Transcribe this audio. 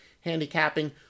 handicapping